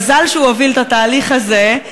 מזל שהוא הוביל את התהליך הזה,